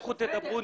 לכו תדברו.